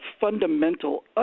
fundamental